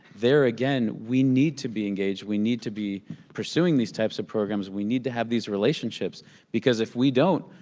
there again we need to be engaged. we need to be pursuing these types of programs. we need to have these relationships because if we don't,